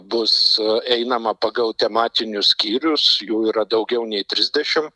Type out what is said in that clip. bus einama pagal tematinius skyrius jų yra daugiau nei trisdešim